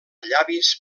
llavis